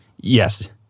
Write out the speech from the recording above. Yes